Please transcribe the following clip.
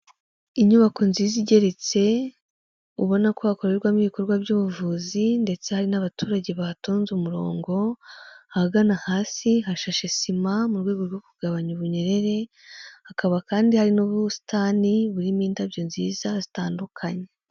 Inyubako nziza igeretse, ubona ko hakorerwamo ibikorwa by'ubuvuzi ndetse hari n'abaturage bahatonze umurongo, ahagana hasi hashashe sima mu rwego rwo kugabanya ubunyerere, hakaba kandi hari n'ubusitani burimo indabyo nziza zitandukanye.